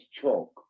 chalk